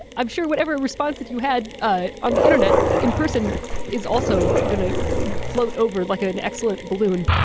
i'm sure whatever response that you had ah on the internet in person is also going to float over like ah an excellent balloon.